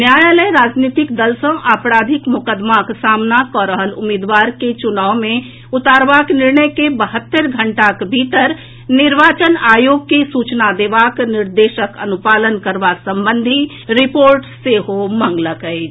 न्यायालय राजनीतिक दल सँ आपराधिक मोकदमाक सामना कऽ रहल उम्मीदवार के चुनाव मे उतारबाक निर्णय के बहत्तरि घंटाक भीतर निर्वाचन आयोग के सूचना देबाक निर्देशक अनुपालन करबा संबंधी रिपोर्ट सेहो मंगलक अछि